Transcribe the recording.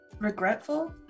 Regretful